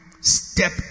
step